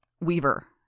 Weaver